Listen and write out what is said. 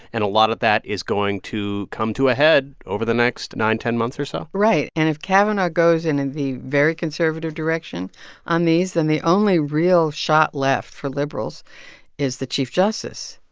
and a lot of that is going to come to a head over the next nine, ten months or so right, and if kavanaugh goes in and the very conservative direction on these, then the only real shot left for liberals is the chief justice,